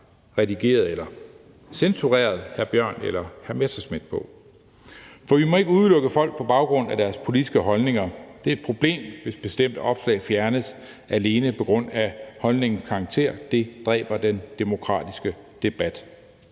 måde, man har censureret hr. Mikkel Bjørn eller hr. Morten Messerschmidt på. For vi må ikke udelukke folk på baggrund af deres politiske holdninger. Det er et problem, hvis bestemte opslag fjernes alene på grund af holdningens karakter. Det dræber den demokratiske debat.